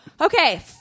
Okay